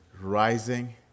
rising